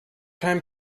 time